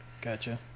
Gotcha